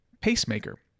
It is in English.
pacemaker